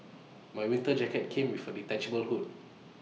my winter jacket came with A detachable hood